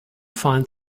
find